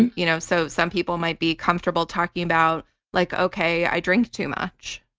and you know so some people might be comfortable talking about like, okay, i drink too much,